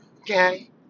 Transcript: okay